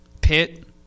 Pitt